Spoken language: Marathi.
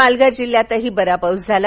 पालघर जिल्ह्यातही बरा पाऊस झाला